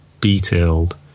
detailed